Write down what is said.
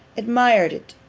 admired it,